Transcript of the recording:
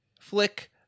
flick